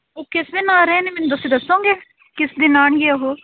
ਉਹ ਕਿਸ ਦਿਨ ਆ ਰਹੇ ਨੇ ਮੈਨੂੰ ਤੁਸੀਂ ਦੱਸੋਂਗੇ ਕਿਸ ਦਿਨ ਆਉਣਗੇ ਉਹ